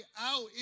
out